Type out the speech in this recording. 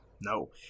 No